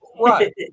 Right